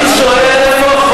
אני לא מדבר על האויבים.